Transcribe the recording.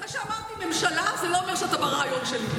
זה שאמרתי "ממשלה", זה לא אומר שאתה ברעיון שלי.